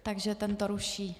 Takže ten to ruší.